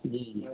جی جی